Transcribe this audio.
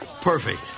Perfect